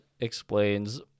explains